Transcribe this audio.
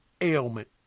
ailment